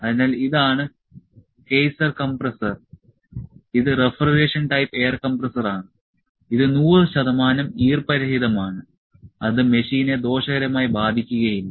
അതിനാൽ ഇതാണ് Kaeser compressor ഇത് റഫ്രിജറേഷൻ ടൈപ്പ് എയർ കംപ്രസ്സറാണ് ഇത് 100 ശതമാനം ഈർപ്പ രഹിതമാണ് അത് മെഷീനെ ദോഷകരമായി ബാധിക്കുകയില്ല